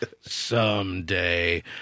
someday